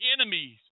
enemies